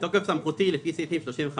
"בתוקף סמכותי לפי סעיפים 35,